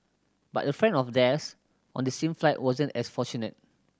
but a friend of theirs on the same flight wasn't as fortunate